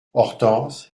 hortense